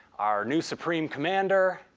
our new supreme commander.